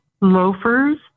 loafers